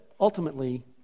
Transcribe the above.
Ultimately